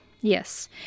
Yes